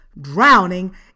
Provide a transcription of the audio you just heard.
drowning